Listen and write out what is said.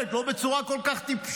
לא בצורה כל כך טיפשית.